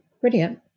Brilliant